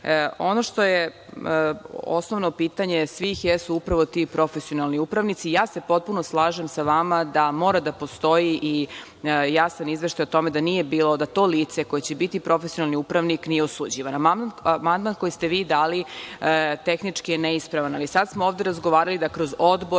Ono što je osnovno pitanje svih jesu upravo ti profesionalni upravnici. Ja se potpuno slažem sa vama da mora da postoji i jasan izveštaj o tome da nije bilo, da to lice koje će biti profesionalni upravnik, nije osuđivan. Amandman koji ste vi dali tehnički je neispravan, ali sada smo ovde razgovarali da kroz odbor